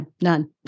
none